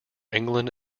england